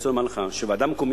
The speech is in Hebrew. אני רוצה לומר לך שוועדה מקומית